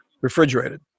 refrigerated